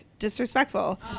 disrespectful